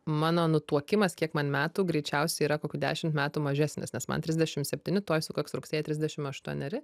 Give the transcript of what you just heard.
mano nutuokimas kiek man metų greičiausiai yra kokių dešim metų mažesnis nes man trisdešim septyni tuoj sukaks rugsėjo trisdešim aštuoneri